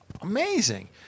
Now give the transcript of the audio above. amazing